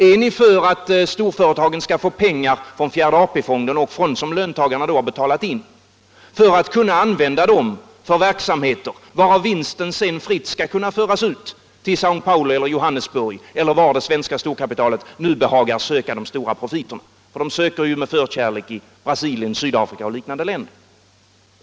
Är ni för att storföretagen skall få pengar från fjärde AP-fonden, som löntagarna då har betalat in, för att kunna använda dem för verksamheter varav vinsten sedan fritt skall kunna föras ut till Säo Paulo eller Johannesburg eller var det svenska storkapitalet nu behagar söka de stora profiterna? Man söker ju med förkärlek dem i Brasilien, Sydafrika och liknande länder.